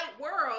world